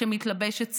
שמתלבשת צנוע,